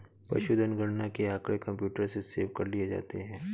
पशुधन गणना के आँकड़े कंप्यूटर में सेव कर लिए जाते हैं